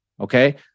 Okay